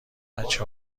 بچه